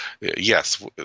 yes